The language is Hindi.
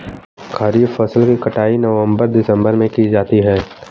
खरीफ फसल की कटाई नवंबर दिसंबर में की जाती है